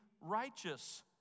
righteous